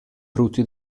frutti